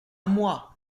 moi